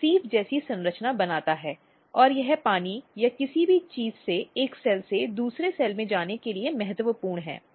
sieve जैसी संरचना बनाता है और यह पानी या किसी भी चीज़ से एक सेल से दूसरे सेल में जाने के लिए महत्वपूर्ण है